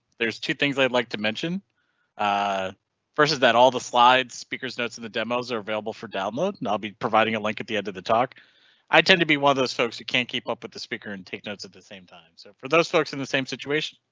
there's two things, i'd like to mention a versus that all the slides speakers notes in the demos are available for download and i'll be providing a link at the end of the talk i tend. to be one of those folks that can't keep up with the speaker and take notes at the same time. so for those folks in the same situation.